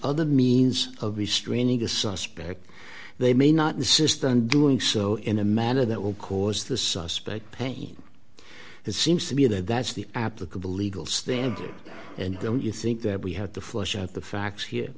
other means of the straining a suspect they may not insist on doing so in a manner that will cause the suspect pain it seems to me that that's the applicable legal standard and don't you think that we have to flush out the facts here